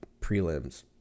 Prelims